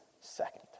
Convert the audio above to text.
second